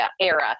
era